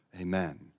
Amen